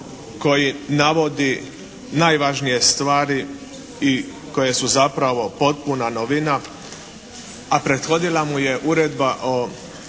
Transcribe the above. koji navodi najvažnije stvari i koje su zapravo potpuna novina, a prethodila mu je Uredba o